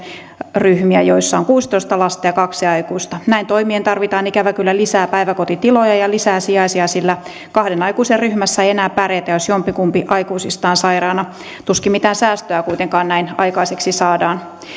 ryhmiä joissa on kuusitoista lasta ja kaksi aikuista näin toimien tarvitaan ikävä kyllä lisää päiväkotitiloja ja lisää sijaisia sillä kahden aikuisen ryhmässä ei enää pärjätä jos jompikumpi aikuisista on sairaana tuskin mitään säästöä kuitenkaan näin aikaiseksi saadaan